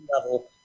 level